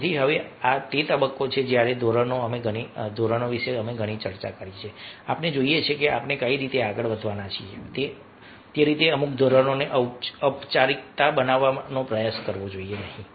તેથી હવે આ તે તબક્કો છે જ્યારે ધોરણો અમે ઘણી ચર્ચા કરી છે આપણે જોઈએ છીએ કે આપણે કઈ રીતે આગળ વધવાના છીએ તે રીતે અમુક ધોરણોને ઔપચારિક બનાવવાનો પ્રયાસ કરવો જોઈએ નહીં